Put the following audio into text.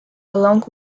along